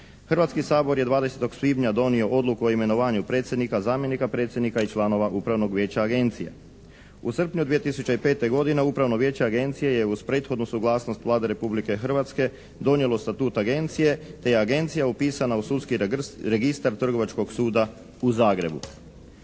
Hrvatski sabor je 20. svibnja donio odluku o imenovanju predsjednika, zamjenika predsjednika i članova Upravnog vijeća Agencije. U srpnju 2005. godine Upravno vijeće Agencije je uz prethodnu suglasnost Vlade Republike Hrvatske donijelo statut Agencije te je Agencija upisana u sudski registar Trgovačkog suda u Zagrebu.